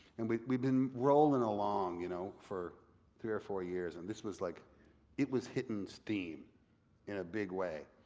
and we've we've been rolling along you know for three or four years and this was, like it was hittin' steam in a big way.